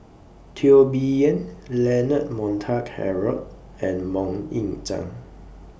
Teo Bee Yen Leonard Montague Harrod and Mok Ying Jang